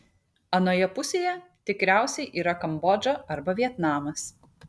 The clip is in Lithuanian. anoje pusėje tikriausiai yra kambodža arba vietnamas